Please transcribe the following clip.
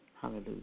Hallelujah